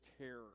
terror